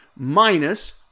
Minus